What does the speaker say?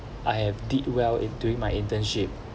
I have did well in during my internship